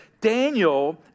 Daniel